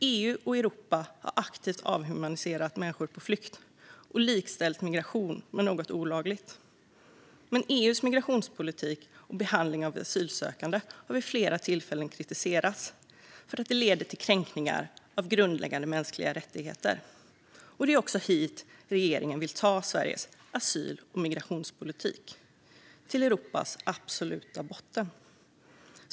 EU och Europa har aktivt avhumaniserat människor på flykt och likställt migration med något olagligt. EU:s migrationspolitik och behandling av asylsökande har vid flera tillfällen kritiserats för att de leder till kränkning av grundläggande mänskliga rättigheter. Det är också hit regeringen vill ta Sveriges asyl och migrationspolitik: till Europas absoluta botten.